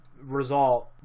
result